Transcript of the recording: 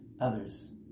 others